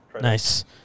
Nice